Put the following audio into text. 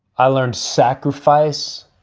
i learned sacrifice.